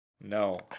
No